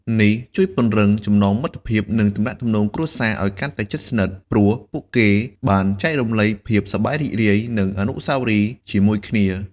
នេះជួយពង្រឹង ចំណងមិត្តភាព និងទំនាក់ទំនងគ្រួសារ ឲ្យកាន់តែជិតស្និទ្ធ ព្រោះពួកគេបានចែករំលែកភាពសប្បាយរីករាយ និងអនុស្សាវរីយ៍ជាមួយគ្នា។